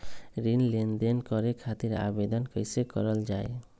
ऋण लेनदेन करे खातीर आवेदन कइसे करल जाई?